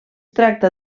tracta